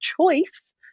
choice